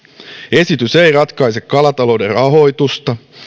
esitys ei ratkaise kalatalouden rahoitusta